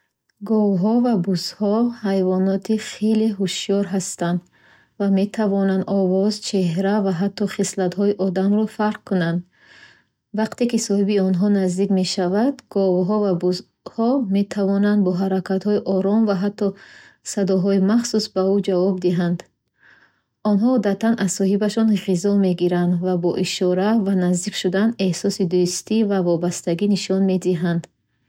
Говҳо ва бузҳо ҳайвоноти хеле ҳушёр ҳастанд ва метавонанд овоз, чеҳра ва ҳатто хислатҳои одамро фарқ кунанд. Вақте ки соҳиби онҳо наздик мешавад, говҳо ва бузҳо метавонанд бо ҳаракатҳои ором ва ҳатто садоҳои махсус ба ӯ ҷавоб диҳанд. Онҳо одатан аз соҳибашон ғизо мегиранд ва бо ишора ва наздик шудан эҳсоси дӯстӣ ва вобастагӣ нишон медиҳанд